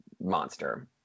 monster